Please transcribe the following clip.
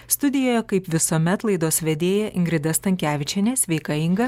studijoje kaip visuomet laidos vedėja ingrida stankevičienė sveika inga